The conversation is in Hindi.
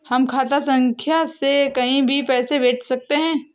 हम खाता संख्या से कहीं भी पैसे कैसे भेज सकते हैं?